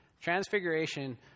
Transfiguration